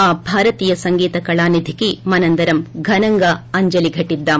ఆ భారతీయ సంగీత కళానిధికి మనందరం ఘనంగా అంజలి ఘటీద్దాం